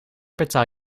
betaal